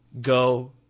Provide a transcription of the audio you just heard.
go